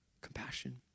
Compassion